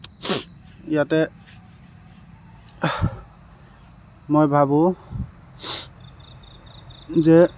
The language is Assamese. ইয়াতে মই ভাবো যে